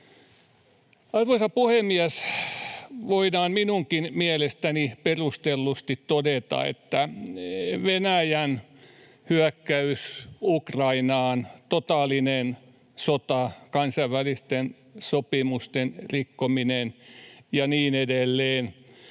Arvoisa puhemies! Voidaan minunkin mielestäni perustellusti todeta, että Venäjän hyökkäys Ukrainaan, totaalinen sota, kansainvälisten sopimusten rikkominen ja niin edelleen,